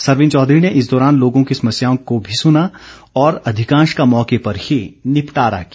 सरवीण चौधरी ने इस दौरान लोगों की समस्याओं को भी सुना और अधिकांश का मौके पर ही निपटारा किया